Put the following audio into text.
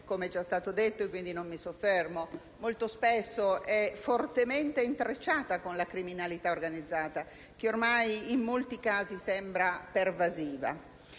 come è già stato detto quindi non mi ci soffermo, molto spesso è fortemente intrecciata con la criminalità organizzata, che ormai in molti casi sembra pervasiva.